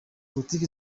politiki